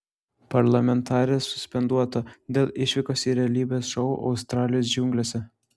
parlamentarė suspenduota dėl išvykos į realybės šou australijos džiunglėse